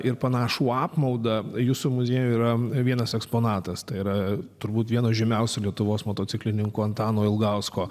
ir panašų apmaudą jūsų muziejuj yra vienas eksponatas tai yra turbūt vieno žymiausių lietuvos motociklininkų antano ilgausko